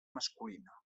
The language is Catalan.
masculina